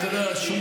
אתה יודע, שום